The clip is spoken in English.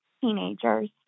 teenagers